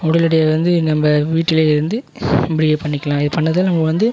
உடல் எடையை வந்து நம்ம வீட்லேயே இருந்து இப்படியே பண்ணிக்கலாம் இது பண்ணதால் நம்ம வந்து